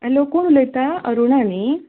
hello कोण उलयता अरूणा न्ही